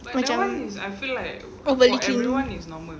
macam overly clingy